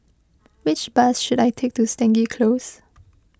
which bus should I take to Stangee Close